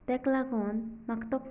ताका लागून म्हाका तो